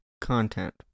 content